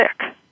sick